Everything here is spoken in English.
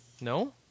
no